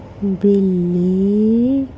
بلی